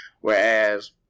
whereas